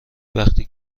وقتی